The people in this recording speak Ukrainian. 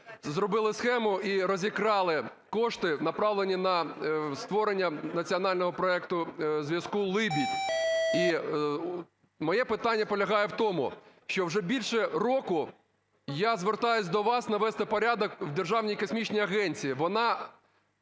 зробили схему і розікрали кошти, направлені на створення національного проекту зв'язку "Либідь". І моє питання полягає в тому, що вже більше року я звертаюся до вас навести порядок в Державній космічній агенції.